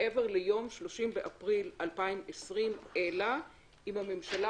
מעבר ליום 30 באפריל 2020 אלא אם הממשלה